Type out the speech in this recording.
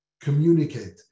Communicate